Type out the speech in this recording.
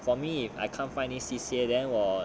for me if I can't find any C_C_A then 我